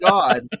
God